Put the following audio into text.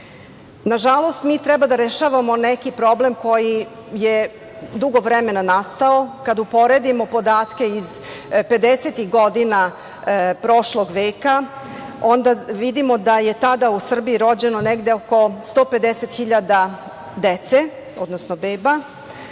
opada. Nažalost, mi treba da rešavamo neki problem koji je dugo vremena nastao, kada uporedimo podatke iz 50-tih godina prošlog veka, onda vidimo da je tada u Srbiji rođeno negde oko 150 hiljada dece, odnosno beba,